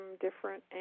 different